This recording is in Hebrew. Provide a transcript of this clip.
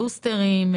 בוסטרים,